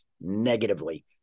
negatively